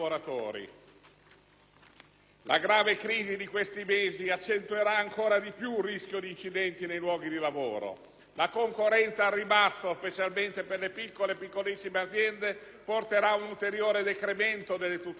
La grave crisi di questi mesi accentuerà ancora di più il rischio di incidenti nei luoghi di lavoro. La concorrenza al ribasso, specialmente per le piccole e le piccolissime aziende, porterà ad un ulteriore decremento delle tutele per i lavoratori.